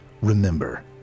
Remember